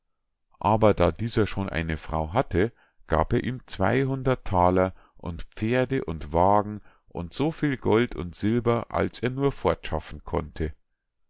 aber da dieser schon eine frau hatte gab er ihm zweihundert thaler und pferde und wagen und so viel gold und silber als er nur fortschaffen konnte